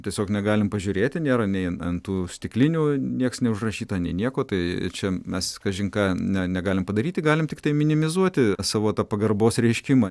tiesiog negalim pažiūrėti nėra nei ant tų stiklinių nieks neužrašyta nei nieko tai čia mes kažin ką ne negalime padaryti galime tiktai minimizuoti savo tą pagarbos reiškimą